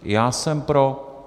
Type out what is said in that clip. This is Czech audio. Já jsem pro.